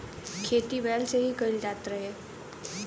खेती बैल से ही कईल जात रहे